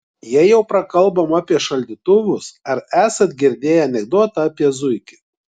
jei jau prakalbom apie šaldytuvus ar esat girdėję anekdotą apie zuikį